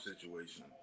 situation